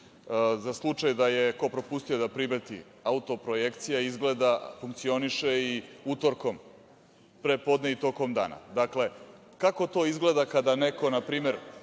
slučaj da je ko propustio da primeti, autoprojekcija izgleda funkcioniše i utorkom prepodne i tokom dana. Dakle, kako to izgleda kada neko, na primer,